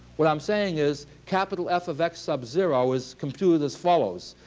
what i'm saying is capital f of x sub zero is computed as follows.